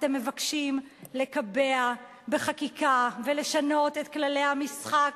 אתם מבקשים לקבע בחקיקה ולשנות את כללי המשחק,